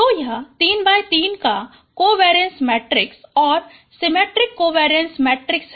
तो यह 3 X 3 का कोवेरीएंस मैट्रिक्स और सिमेट्रिक कोवेरीएंस मैट्रिक्स है